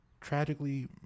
tragically